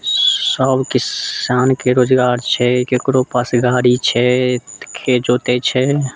सब किसानके रोजगार छै केकरो पास गाड़ी छै तऽ खेत जोतैत छै